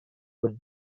would